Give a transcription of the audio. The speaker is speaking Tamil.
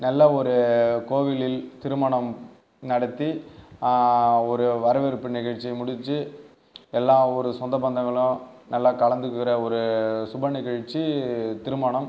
நல்லா ஒரு கோவிலில் திருமணம் நடத்தி ஒரு வரவேற்பு நிகழ்ச்சியை முடித்து எல்லா ஊர் சொந்த பந்தங்களும் நல்லா கலந்துக்கிற ஒரு சுப நிகழ்ச்சி திருமணம்